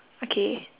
okay